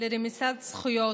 לרמיסת זכויות.